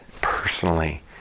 personally